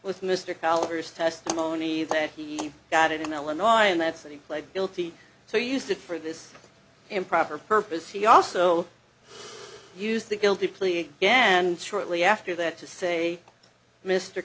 with mr calibers testimony that he got it in illinois and that's that he pled guilty so used it for this improper purpose he also used the guilty plea again shortly after that to say mr